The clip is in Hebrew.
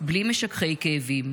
בלי משככי כאבים,